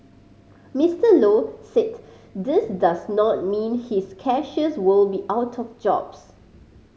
Mister Low said this does not mean his cashiers will be out of jobs